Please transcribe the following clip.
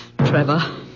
Trevor